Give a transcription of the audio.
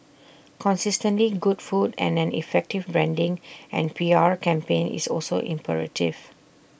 consistently good food and an effective branding and P R campaign is also imperative